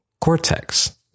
cortex